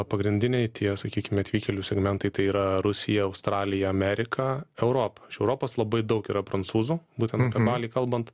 pagrindiniai tie sakykime atvykėlių segmentai tai yra rusija australija amerika europa iš europos labai daug yra prancūzų būtent apie balį kalbant